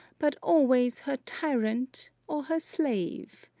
but always her tyrant or her slave.